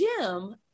Jim